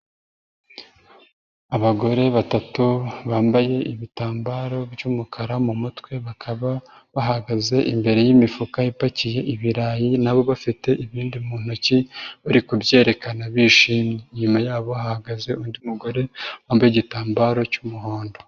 Abagore batatu bambaye ibitambaro by'umukara mu mutwe, bakaba bahagaze imbere yimifuka ipakiye ibirayi na bo bafite ibindi mu ntoki, bari kubyerekana bishimye. Inyuma yabo hahagaze undi mugore wambaye igitambaro cy'umuhondo.